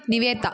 Nivetha